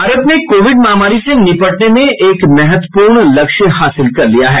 भारत ने कोविड महामारी से निपटने में एक महत्वपूर्ण लक्ष्य हासिल कर लिया है